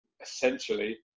essentially